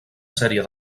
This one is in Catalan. sèrie